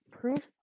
proof